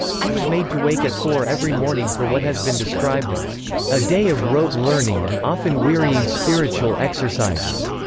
he was made to wake at four every morning for what has been described as a day of rote learning and often wearying spiritual exercises.